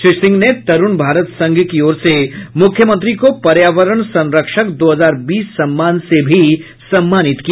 श्री सिंह ने तरुण भारत संघ की ओर से मुख्यमंत्री को पर्यावरण संरक्षक दो हजार बीस सम्मान से भी सम्मानित किया